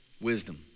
Wisdom